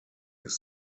his